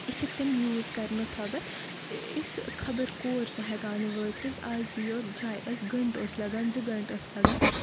أسۍ چھکھ تِم یوٗز کرنہٕ باپتھ أسۍ خبر کور تہِ ہیٚکان وٲتِتھ آز یوٚت جایہِ أسۍ گنٹہٕ اوس لگان زٕ گنٹہٕ ٲسۍ لگان